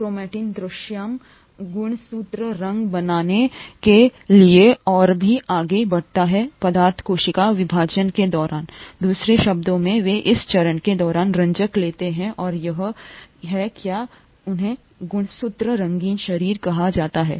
chromatin दृश्यमान गुणसूत्र रंग बनाने के लिए और भी आगे बढ़ता है पदार्थ कोशिका विभाजन के दौरान दूसरे शब्दों में वे इस चरण के दौरान रंजक लेते हैं और यह है क्यों उन्हें गुणसूत्र रंगीन शरीर कहा जाता है